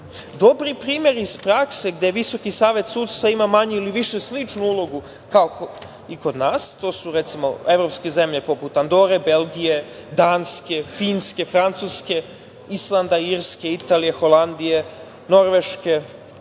Dobar primer iz prakse gde VSS ima manje ili više sličnu ulogu kao i kod nas, to su recimo evropske zemlje poput Andore, Belgije, Danske, Finske, Francuske, Islanda, Irske, Italije, Holandije, Norveške,